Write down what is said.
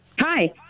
Hi